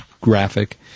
graphic